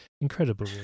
incredible